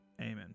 Amen